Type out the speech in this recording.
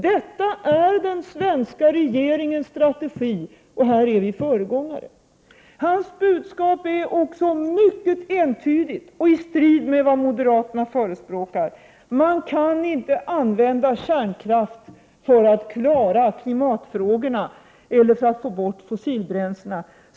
Detta är även den svenska regeringens strategi, och vi är föregångare! Professor Bolins budskap är också mycket entydiga och står i strid med vad moderaterna förespråkar: man kan inte använda kärnkraft för att lösa problemen med klimatpåverkan eller för att upphöra med användningen av fossila bränslen.